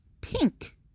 Pink